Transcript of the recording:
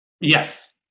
Yes